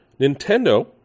Nintendo